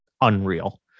unreal